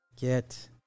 Get